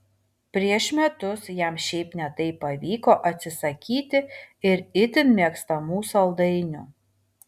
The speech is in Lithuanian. prieš metus jam šiaip ne taip pavyko atsisakyti ir itin mėgstamų saldainių